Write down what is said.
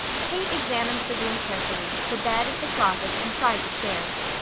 kate examined the room carefully, the bed, the closet, and tried the chairs.